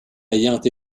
ayant